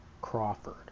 Crawford